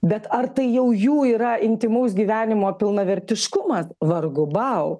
bet ar tai jau jų yra intymaus gyvenimo pilnavertiškumas vargu bau